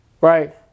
Right